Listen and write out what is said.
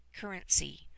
currency